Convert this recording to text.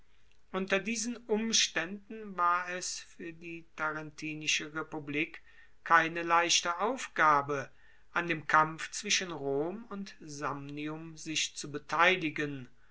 unter diesen umstaenden war es fuer die tarentinische republik keine leichte aufgabe an dem kampf zwischen rom und samnium sich zu beteiligen